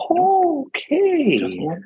Okay